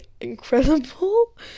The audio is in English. incredible